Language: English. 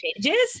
changes